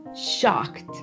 shocked